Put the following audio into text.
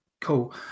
Cool